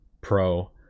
pro